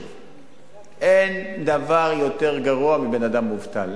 אין דבר יותר גרוע מאדם מובטל,